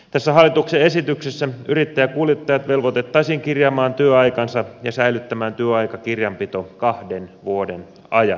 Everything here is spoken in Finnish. tässä hallituksen esityksessä yrittäjäkuljettajat velvoitettaisiin kirjaamaan työaikansa ja säilyttämään työaikakirjanpito kahden vuoden ajan